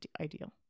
Ideal